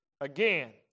Again